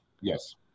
Yes